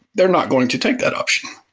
they're not going to take that option.